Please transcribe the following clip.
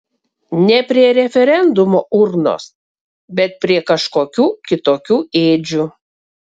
ne prie referendumo urnos bet prie kažkokių kitokių ėdžių